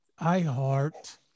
iHeart